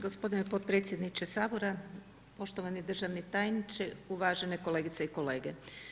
Gospodine potpredsjedniče Sabora, poštovani državni tajniče, uvažene kolegice i kolege.